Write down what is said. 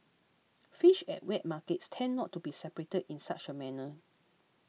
fish at wet markets tend not to be separated in such a manner